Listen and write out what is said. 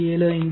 75 2